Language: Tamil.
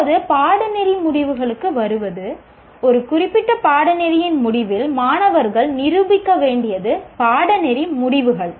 இப்போது பாடநெறி முடிவுகளுக்கு வருவது ஒரு குறிப்பிட்ட பாடநெறியின் முடிவில் மாணவர்கள் நிரூபிக்க வேண்டியது பாடநெறி முடிவுகள்